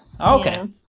Okay